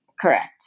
Correct